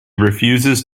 refuses